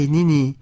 Nini